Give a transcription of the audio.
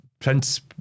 Prince